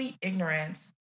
ignorance